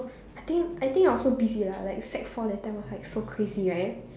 I think I think I was so busy lah like sec four that time was like so crazy right